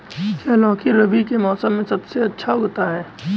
क्या लौकी रबी के मौसम में सबसे अच्छा उगता है?